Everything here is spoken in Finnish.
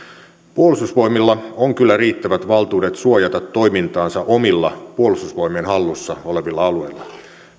puolustusvoimilla on kyllä riittävät valtuudet suojata toimintaansa omilla puolustusvoimien hallussa olevilla alueillaan